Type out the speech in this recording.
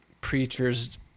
preachers